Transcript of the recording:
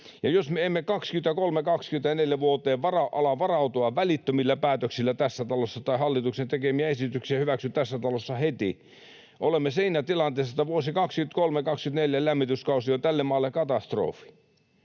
jos me emme vuosiin 23—24 ala varautua tässä talossa välittömillä päätöksillä tai hallituksen tekemiä esityksiä hyväksy tässä talossa heti, olemme siinä tilanteessa, että vuosien 23—24 lämmityskausi on tälle maalle katastrofi.